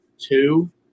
two